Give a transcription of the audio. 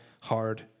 hard